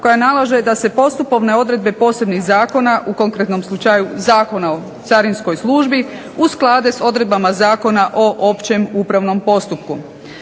koja nalaže da se postupovne odredbe posebnih zakona u konkretnom slučaju Zakona o carinskoj službi usklade sa odredbama Zakona o općem upravnom postupku.